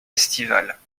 estivales